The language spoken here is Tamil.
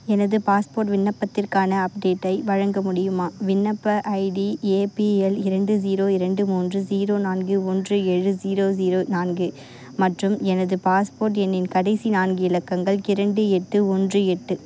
எனது பாஸ்போர்ட் விண்ணப்பத்திற்கான அப்டேட்டை வழங்க முடியுமா விண்ணப்ப ஐடி ஏபிஎல் இரண்டு ஜீரோ இரண்டு மூன்று ஜீரோ நான்கு ஒன்று ஏழு ஜீரோ ஜீரோ நான்கு மற்றும் எனது பாஸ்போர்ட் எண்ணின் கடைசி நான்கு இலக்கங்கள் இரண்டு எட்டு ஒன்று எட்டு